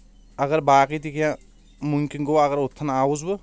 اگر باقٕے تہِ کینٛہہ ممکن گوٚو اگر اوٚتَن آوُس بہٕ